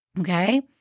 Okay